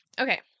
Okay